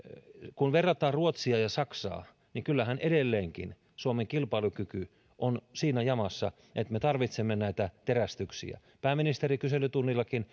kun verrataan ruotsia ja saksaa niin kyllähän edelleenkin suomen kilpailukyky on siinä jamassa että me tarvitsemme näitä terästyksiä pääministeri kyselytunnillakin